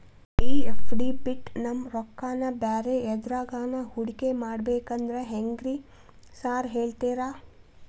ಈ ಎಫ್.ಡಿ ಬಿಟ್ ನಮ್ ರೊಕ್ಕನಾ ಬ್ಯಾರೆ ಎದ್ರಾಗಾನ ಹೂಡಿಕೆ ಮಾಡಬೇಕಂದ್ರೆ ಹೆಂಗ್ರಿ ಸಾರ್ ಹೇಳ್ತೇರಾ?